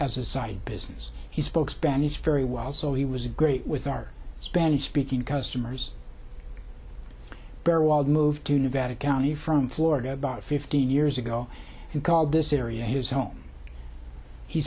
as a side business he spoke spanish very well so he was great with our spanish speaking customers barreled moved to nevada county from florida about fifteen years ago and called this area his home he